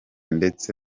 ndetse